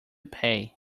pay